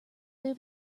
live